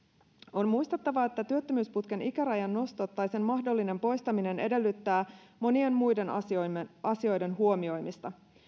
on muistettava että työttömyysputken ikärajan nosto tai sen mahdollinen poistaminen edellyttää monien muiden asioiden asioiden huomioimista